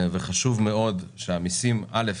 וחשוב מאוד שהמיסים א'